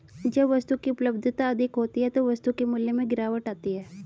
जब वस्तु की उपलब्धता अधिक होती है तो वस्तु के मूल्य में गिरावट आती है